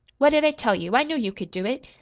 what did i tell you? i knew you could do it.